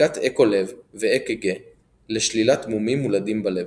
בדיקת אקו לב ואק"ג לשלילת מומים מולדים בלב.